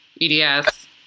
EDS